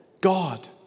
God